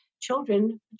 children